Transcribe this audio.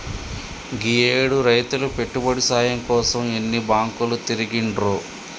గీయేడు రైతులు పెట్టుబడి సాయం కోసం ఎన్ని బాంకులు తిరిగిండ్రో